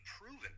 proven